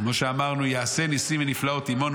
כמו שאמרנו: יעשה ניסים ונפלאות עימנו